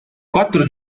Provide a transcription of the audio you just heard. quattro